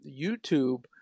YouTube